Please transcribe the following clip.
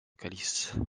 calice